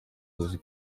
uzi